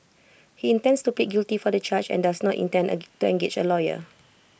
he intends to plead guilty for the charge and does not intend A to engage A lawyer